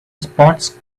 sports